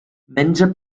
menja